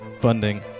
funding